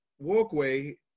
walkway